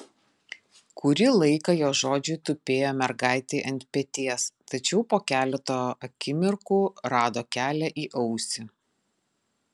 kurį laiką jo žodžiai tupėjo mergaitei ant peties tačiau po keleto akimirkų rado kelią į ausį